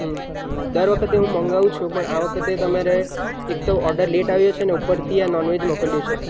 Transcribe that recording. હં દર વખતે હું મગાવું છું પણ આ વખતે તમારે એક તો ઓડર લેટ આવ્યો છે અને ઉપરથી આ નોનવેજ મોકલ્યું છે